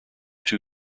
two